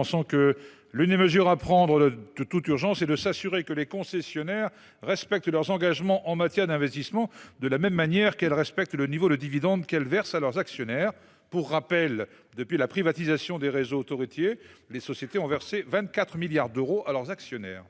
estime que l’une des mesures à prendre de toute urgence est de s’assurer que les sociétés concessionnaires d’autoroutes respectent leurs engagements en matière d’investissements de la même manière qu’elles respectent le niveau de dividendes versés à leurs actionnaires. Pour rappel, depuis la privatisation des réseaux autoroutiers, les sociétés ont versé 24 milliards d’euros à leurs actionnaires.